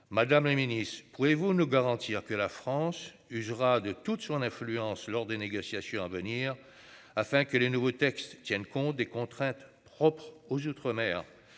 Madame la ministre, pouvez-vous nous garantir que la France usera de toute son influence lors des négociations à venir afin que les nouveaux textes tiennent compte des contraintes propres aux outre-mer